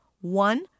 One